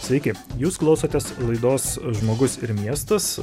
sveiki jūs klausotės laidos žmogus ir miestas